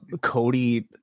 cody